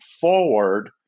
forward